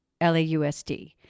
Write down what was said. LAUSD